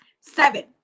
seven